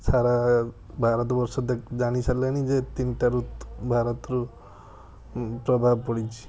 ସାରା ଭାରତବର୍ଷ ଦେ ଜାଣିସାରିଲାଣି ଯେ ତିନିଟା ଋତୁ ଭାରତରୁ ପ୍ରଭାବ ପଡ଼ିଛି